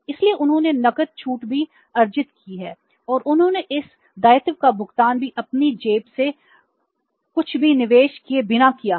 इसलिए उन्होंने नकद छूट भी अर्जित की है और उन्होंने इस दायित्व का भुगतान भी अपनी जेब से कुछ भी निवेश किए बिना किया है